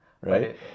right